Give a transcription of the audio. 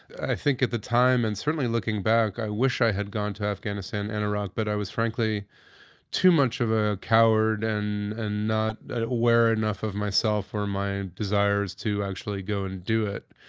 i think at the time, and certainly looking back, i wish i had gone to afghanistan and iraq, but i was frankly too much of a coward and and not aware enough of myself or my desires to actually go and do it.